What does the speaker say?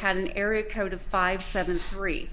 had an area code of five seven three